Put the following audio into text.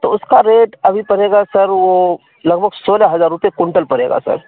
تو اس کا ریٹ ابھی پڑے گا سر وہ لگ بھگ سولہ ہزار روپے کنٹل پڑے گا سر